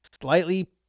slightly